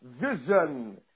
Vision